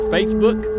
Facebook